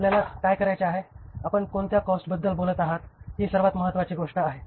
आपल्याला काय करायचे आहे आपण कोणत्या कॉस्टबद्दल बोलत आहात ही सर्वात महत्वाची गोष्ट आहे